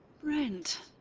brent,